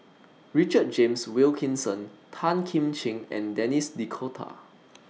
Richard James Wilkinson Tan Kim Ching and Denis D'Cotta